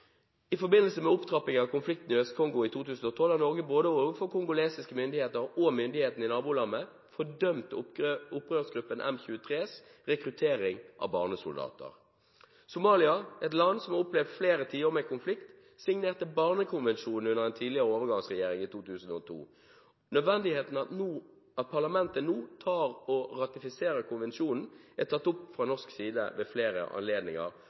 I forbindelse med opptrappingen av konflikten i Øst-Kongo i 2012 har Norge både overfor kongolesiske myndigheter og overfor myndighetene i nabolandene fordømt opprørsgruppen M23s rekruttering av barnesoldater. Somalia, et land som har opplevd flere tiår med konflikt, signerte Barnekonvensjonen under en tidligere overgangsregjering i 2002. Nødvendigheten av at parlamentet nå ratifiserer konvensjonen, er tatt opp fra norsk side ved flere anledninger.